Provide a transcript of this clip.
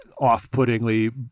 off-puttingly